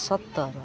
ସତର